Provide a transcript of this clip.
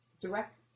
direct